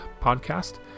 podcast